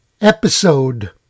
episode